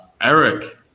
Eric